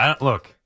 Look